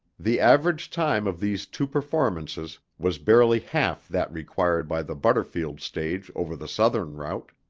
the average time of these two performances was barely half that required by the butterfield stage over the southern route.